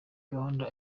gahunda